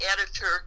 editor